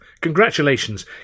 Congratulations